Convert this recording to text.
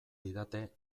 didate